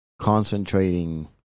concentrating